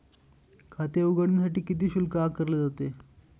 खाते उघडण्यासाठी किती शुल्क आकारले जाते?